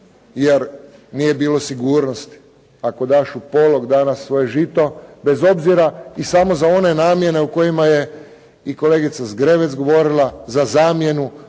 jer nije bilo sigurnosti. Ako daš u polog danas svoje žito, bez obzira i samo za one namjene o kojima je i kolegica Zgrebec govorila, za zamjenu